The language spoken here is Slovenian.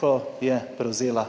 ko je prevzela